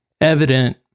evident